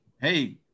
hey